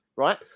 right